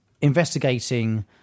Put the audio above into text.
investigating